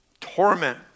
Torment